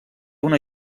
una